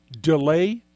Delay